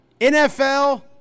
NFL